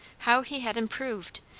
how he had improved!